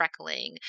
freckling